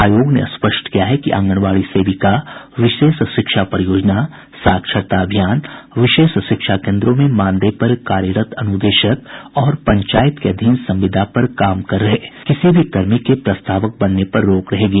आयोग ने स्पष्ट किया है कि आंगनबाड़ी सेविका विशेष शिक्षा परियोजना साक्षरता अभियान विशेष शिक्षा केन्द्रों में मानदेय पर कार्यरत अनुदेशक और पंचायत के अधीन संविदा पर काम कर रहे किसी भी कर्मी के प्रस्तावक बनने पर रोक रहेगी